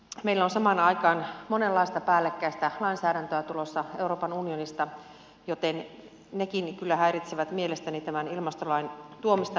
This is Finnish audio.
meillä on samaan aikaan monenlaista päällekkäistä lainsäädäntöä tulossa euroopan unionista joten nekin kyllä häiritsevät mielestäni tämän ilmastolain tuomista suomeen